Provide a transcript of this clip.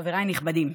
חבריי הנכבדים,